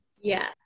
Yes